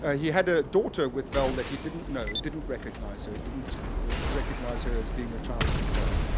ah he had a daughter with vel that he didn't know, didn't recognize her, didn't recognize her as being a child of his own.